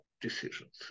decisions